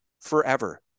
forever